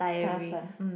tough ah